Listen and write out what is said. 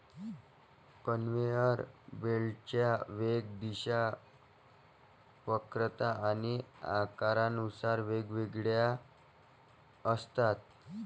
conveyor बेल्टच्या वेग, दिशा, वक्रता आणि आकारानुसार वेगवेगळ्या असतात